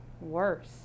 worse